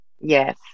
Yes